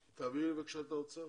תעבירי לי, בבקשה, את האוצר.